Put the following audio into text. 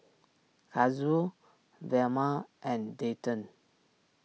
Kazuo Velma and Dayton